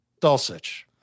Dulcich